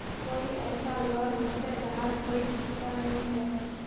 कोई ऐसा लोन होचे जहार कोई भुगतान नी छे?